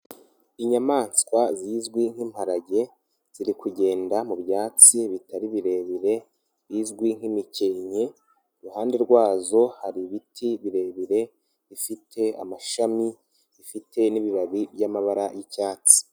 Inyamaswa zizwi nk'imparage, ziri kugenda mu byatsi bitari birebire, izwi nk'imikenke, iruhande rwazo hari ibiti birebire bifite amashami, bifite n'ibibabi by'amabara y'icyatsi.